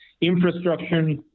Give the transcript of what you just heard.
infrastructure